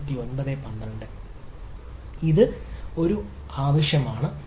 ഇത് ഒരു ആവശ്യമാണ്